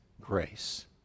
grace